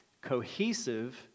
cohesive